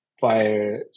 via